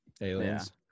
Aliens